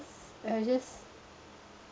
I just